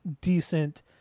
decent